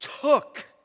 took